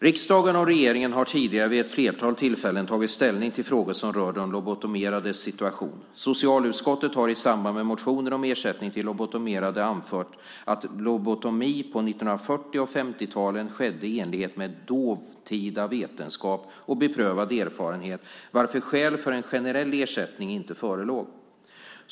Riksdagen och regeringen har tidigare vid ett flertal tillfällen tagit ställning till frågor rörande de lobotomerades situation. Socialutskottet har i samband med motioner om ersättning till lobotomerade anfört att lobotomi på 1940 och 1950-talen skedde i enlighet med dåtida vetenskap och beprövad erfarenhet varför skäl för en generell ersättning inte förelåg .